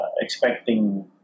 expecting